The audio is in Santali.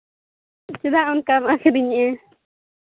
ᱪᱮᱫᱟᱜ ᱚᱱᱠᱟᱢ ᱟᱹᱠᱷᱨᱤᱧᱚᱜᱼᱟ